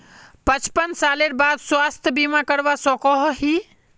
पचपन सालेर बाद स्वास्थ्य बीमा करवा सकोहो ही?